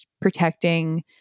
protecting